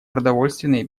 продовольственной